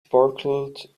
sparkled